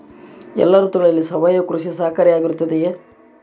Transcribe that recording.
ಎಲ್ಲ ಋತುಗಳಲ್ಲಿ ಸಾವಯವ ಕೃಷಿ ಸಹಕಾರಿಯಾಗಿರುತ್ತದೆಯೇ?